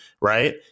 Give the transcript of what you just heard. Right